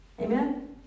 Amen